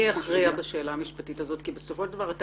בסופו של עניין --- מי יכריע בשאלה המשפטית הזאת?